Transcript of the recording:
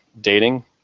dating